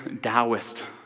Taoist